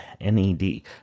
N-E-D